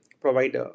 provide